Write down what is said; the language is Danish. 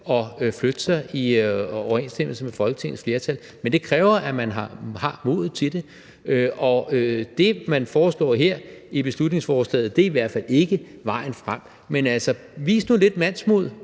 og flytte sig i overensstemmelse med Folketingets flertal. Men det kræver, at man har modet til det, og det, man foreslår her i beslutningsforslaget, er i hvert fald ikke vejen frem. Men altså, vis nu lidt mandsmod,